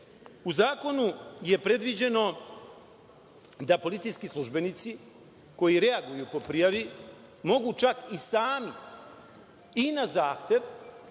u zakonu je predviđeno da policijski službenici koji reaguju po prijavi mogu čak i sami i na zahtev